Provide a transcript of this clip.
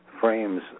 frames